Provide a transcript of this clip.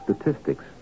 Statistics